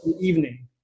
evening